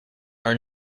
are